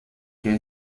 que